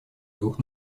двух